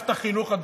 מערכת החינוך,